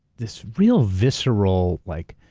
this real visceral like